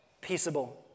Peaceable